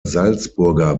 salzburger